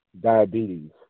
diabetes